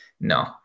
no